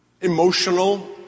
emotional